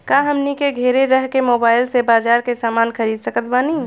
का हमनी के घेरे रह के मोब्बाइल से बाजार के समान खरीद सकत बनी?